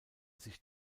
sich